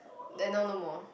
then now no more